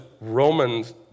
Romans